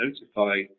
notify